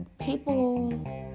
people